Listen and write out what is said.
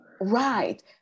Right